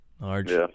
Large